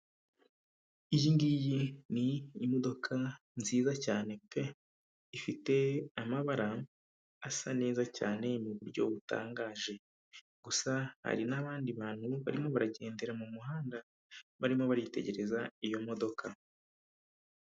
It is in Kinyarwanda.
Iyi ngiyi ni imodoka nziza cyane pe, ifite amabara asa neza cyane mu buryo butangaje gusa hari n'abandi bantu barimo baragendera mu muhanda barimo baritegereza iyo modoka.